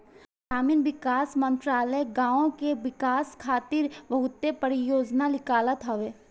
ग्रामीण विकास मंत्रालय गांवन के विकास खातिर बहुते परियोजना निकालत हवे